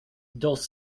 those